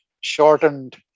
shortened